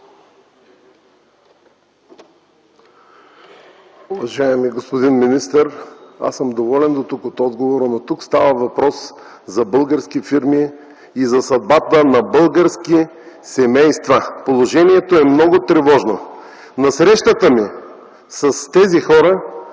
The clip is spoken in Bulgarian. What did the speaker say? Уважаеми господин министър, аз съм доволен от отговора дотук. Но става въпрос за български фирми и за съдбата на български семейства. Положението е много тревожно. На срещата ми с тези хора